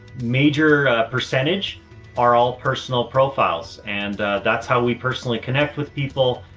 major, ah, percentage are all personal profiles. and, ah, that's how we personally connect with people.